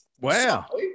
wow